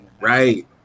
Right